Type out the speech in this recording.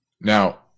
now